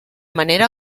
manera